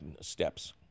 steps